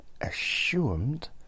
assumed